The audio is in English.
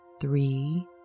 three